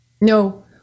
No